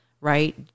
right